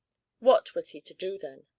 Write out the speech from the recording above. what was he to do then?